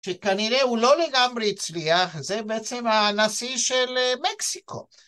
שכנראה הוא לא לגמרי הצליח, זה בעצם הנשיא של מקסיקו.